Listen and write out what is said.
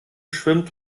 schwimmt